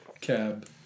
cab